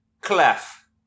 Clef